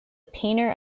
painter